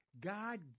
God